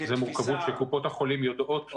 זו מורכבות שקופות החולים יודעות להתמודד אתה.